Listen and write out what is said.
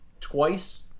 twice